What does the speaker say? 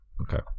okay